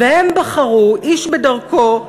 והם בחרו, איש בדרכו,